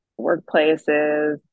workplaces